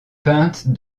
peinte